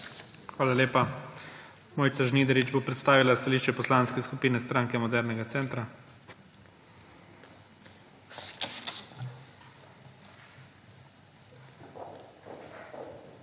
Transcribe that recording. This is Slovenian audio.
Hvala lepa. Mojca Žnidarič bo predstavila stališče Poslanske skupine Stranke modernega centra.